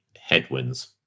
headwinds